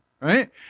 right